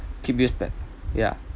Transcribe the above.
keep yeah